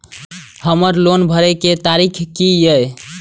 हमर लोन भरए के तारीख की ये?